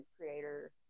creator